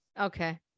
Okay